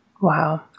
wow